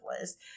list